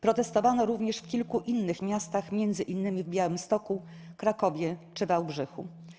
Protestowano również w kilku innych miastach, m.in. w Białymstoku, Krakowie czy Wałbrzychu.